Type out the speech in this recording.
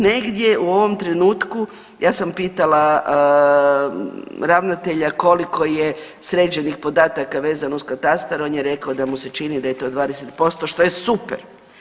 Negdje u ovom trenutku ja sam pitala ravnatelja koliko je sređenih podataka vezano uz katastar on je rekao da mu se čini da je to 20% što je super.